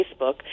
Facebook